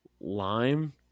Lime